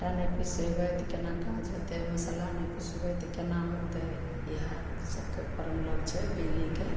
आँटा नहि पिसेबै तऽ कोना काज होतै मसल्ला नहि पिसबै तऽ कोना होतै इएह आर सबके प्रॉब्लम छै बिजलीके